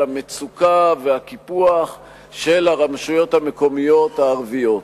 המצוקה והקיפוח של הרשויות המקומיות הערביות.